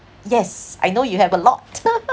yes I know you have a lot